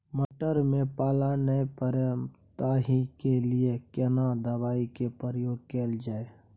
मटर में पाला नैय मरे ताहि के लिए केना दवाई के प्रयोग कैल जाए?